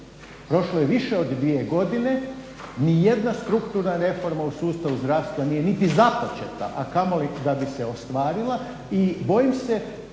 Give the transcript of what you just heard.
Prošlo je više od 2 godine, ni jedna strukturna reforma u sustavu zdravstva nije niti započeta, a kamoli da bi se ostvarila i bojim se